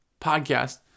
podcast